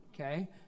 Okay